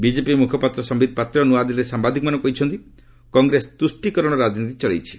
BJP ମୁଖପାତ୍ର ସମ୍ଭିତ ପାତ୍ର ନୂଆଦିଲ୍ଲୀରେ ସାମ୍ବାଦିକମାନଙ୍କୁ କହିଛନ୍ତି କଂଗ୍ରେସ ତୁଷ୍ଟିକରଣ ରାଜନୀତି ଚଳାଇଛି